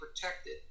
protected